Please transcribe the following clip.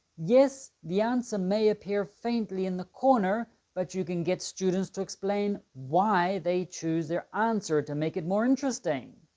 yes, the answer may appear faintly in the corner but you can get students to explain why they choose their answer to make it more interesting.